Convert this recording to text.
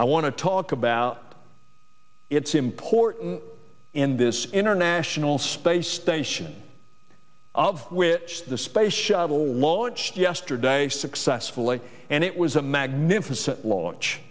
i want to talk about it's important in this international space station of which the space shuttle launch yesterday successfully and it was a magnificent launch